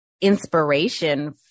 inspiration